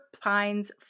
Pines